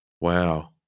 Wow